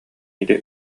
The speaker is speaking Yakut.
ити